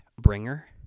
bringer